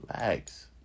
relax